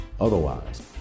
Otherwise